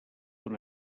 una